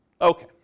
okay